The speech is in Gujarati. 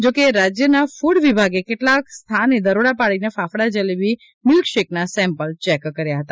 જો કે રાજ્યના કૂડ વિભાગે કેટલાક સ્થાને દરોડા પાડીને ફાફડા જલેબી મિલ્કશેકના સેમ્પલ ચેક કર્યા છે